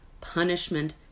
punishment